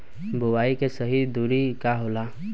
बुआई के सही दूरी का होला?